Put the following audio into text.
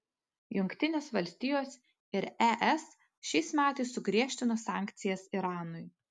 jungtinės valstijos ir es šiais metais sugriežtino sankcijas iranui